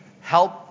help